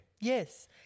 yes